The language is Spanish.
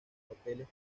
papeles